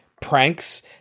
pranks